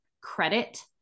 credit